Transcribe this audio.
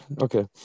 okay